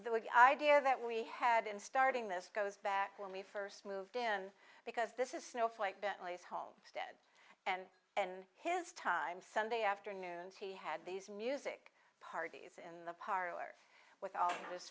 continues that we had in starting this goes back when we first moved in because this is snowflake bentleys homestead and and his time sunday afternoons he had these music parties in the parlor with all his